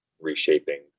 reshaping